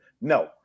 no